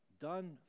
done